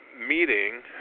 meeting